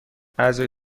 اعضای